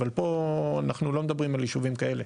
אבל פה אנחנו לא מדברים על ישובים כאלה.